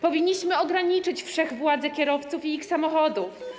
Powinniśmy ograniczyć wszechwładzę kierowców i ich samochodów.